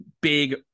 Big